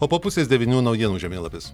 o po pusės devynių naujienų žemėlapis